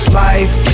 life